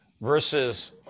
versus